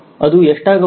ಅದು ಎಷ್ಟಾಗಬಹುದು